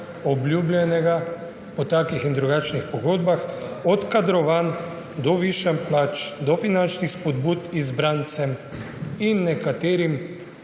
obljubljeno po takih in drugačnih pogodbah, od kadrovanj do višanj plač, do finančnih spodbud izbrancem in tudi nekaterim